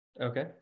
Okay